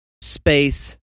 space